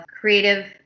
creative